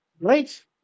Right